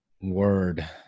Word